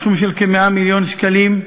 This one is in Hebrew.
סכום של כ-100 מיליון שקלים,